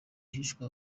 hishwe